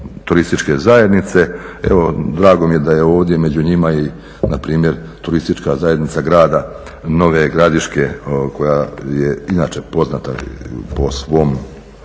turističke zajednice. Evo drago mi je da je ovdje među njima i npr. turistička zajednica grada Nove Gradiške koja je inače poznata po svojim